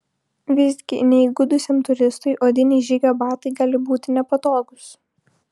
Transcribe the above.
visgi neįgudusiam turistui odiniai žygio batai gali būti nepatogūs